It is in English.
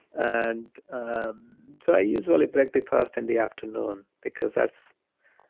and so i usually break the fast in the afternoon because that's